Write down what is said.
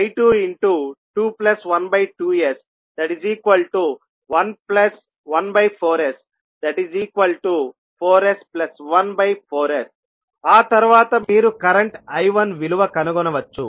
V1I2212s114s4s14s ఆ తర్వాత మీరు కరెంట్ I1విలువ కనుగొనవచ్చు